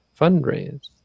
fundraise